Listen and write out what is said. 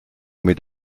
mit